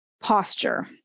posture